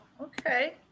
Okay